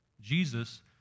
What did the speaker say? Jesus